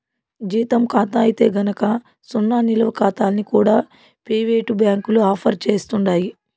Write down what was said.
జీతం కాతా అయితే గనక సున్నా నిలవ కాతాల్ని కూడా పెయివేటు బ్యాంకులు ఆఫర్ సేస్తండాయి